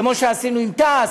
כמו שעשינו עם תע"ש,